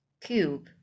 cube